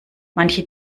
manche